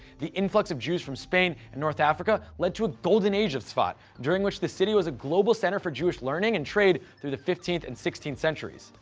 the influx of jews from spain and north africa led to a golden age of tzfat, during which the city was a global center for jewish learning and trade through the fifteenth and sixteenth centuries.